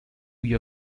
year